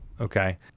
Okay